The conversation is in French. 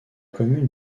commune